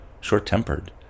short-tempered